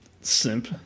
Simp